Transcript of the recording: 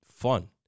Fun